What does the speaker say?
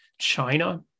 China